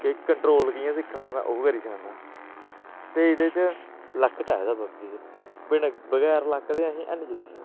कि कंट्रोल कि'यां सिक्खना में ओह् करी सकना ते एह्दे च लक चाहिदा पबजी च बि बगैर लक ते असें हैनी जित्ती सकनें